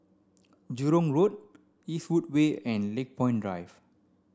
Jurong Road Eastwood Way and Lakepoint Drive